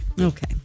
Okay